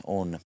on